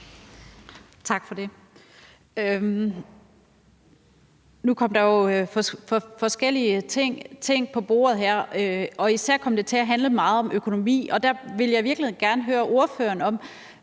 Tak for det. Nu kom der jo forskellige ting på bordet her, og især kom det til at handle meget om økonomi, og der vil jeg i virkeligheden gerne høre ordføreren om,